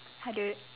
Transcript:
hi dude